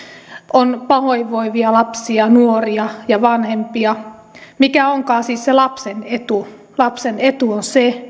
on pahoinvoivia lapsia nuoria ja vanhempia mikä onkaan siis se lapsen etu lapsen etu on